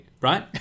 right